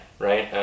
Right